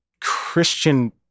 Christian